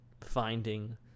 finding